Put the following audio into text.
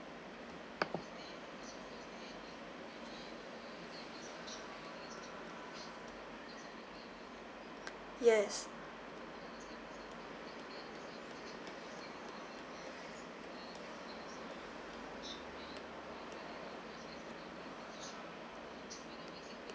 yes